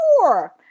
sure